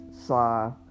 saw